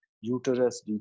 uterus